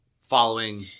following